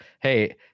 hey